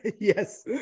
Yes